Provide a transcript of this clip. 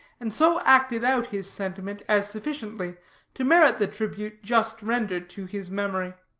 and so acted out his sentiment as sufficiently to merit the tribute just rendered to his memory.